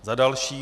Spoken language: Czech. Za další.